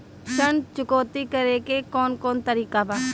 ऋण चुकौती करेके कौन कोन तरीका बा?